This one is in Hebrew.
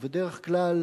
ובדרך כלל